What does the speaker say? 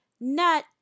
nut